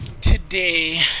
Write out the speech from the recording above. today